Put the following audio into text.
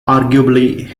arguably